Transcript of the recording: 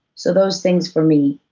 so those things, for me,